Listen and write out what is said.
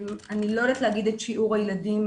אני לא יודעת להגיד את שיעור הילדים,